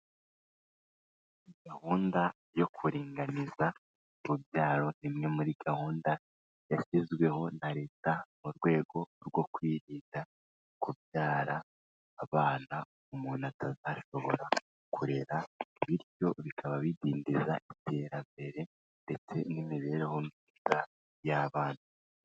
Gahunda yo kuringaniza urubyaro, imwe muri gahunda yashyizweho na Leta mu rwego rwo kwirinda kubyara abana umuntu atazashobora kurera, bityo bikaba bidindiza iterambere ndetse n'imibereho myiza y'abana.